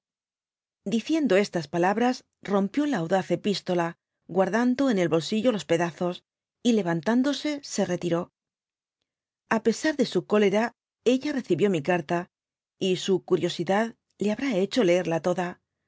diciendo estas palabras rompió la audaz epistodby google la i guardando en el bolsillo los pedazos y le yantándose se retird a pesar de su cdlera elfe recibió mi carta y su curiosidad le habrá hecho leerla toda